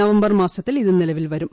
November മാസത്തിൽ ഇത് നിലവിൽ വരും